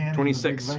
and twenty six?